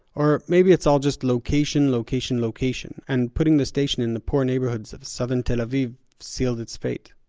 or maybe it's all just location-location-location, and putting the station in the poor neighborhoods of southern tel aviv sealed it's fate.